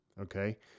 okay